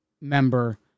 member